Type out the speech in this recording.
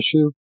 issue